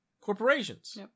Corporations